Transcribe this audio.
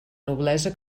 noblesa